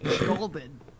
Golden